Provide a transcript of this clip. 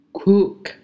cook